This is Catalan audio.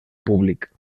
públic